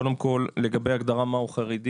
קודם כל לגבי ההגדרה מהי חרדי